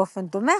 באופן דומה,